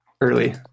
early